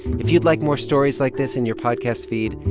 if you'd like more stories like this in your podcast feed,